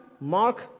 Mark